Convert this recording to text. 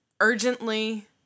urgently